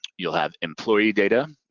you'll have employee data,